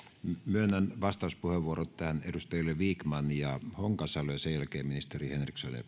myönnän vastauspuheenvuorot tähän edustajille vikman ja honkasalo ja sen jälkeen ministeri